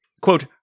Quote